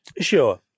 sure